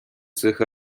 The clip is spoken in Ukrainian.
цих